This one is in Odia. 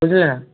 ବୁଝିଲେ ନା